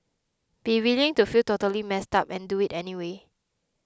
be willing to feel totally messed up and do it anyway